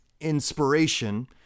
inspiration